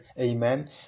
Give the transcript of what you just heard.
amen